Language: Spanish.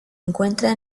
encuentra